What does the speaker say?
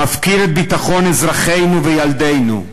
מפקיר את ביטחון אזרחינו וילדינו,